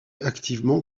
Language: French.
activement